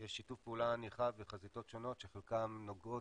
יש שיתוף פעולה נרחב בחזיתות שונות שחלקן נוגעות,